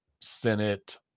Senate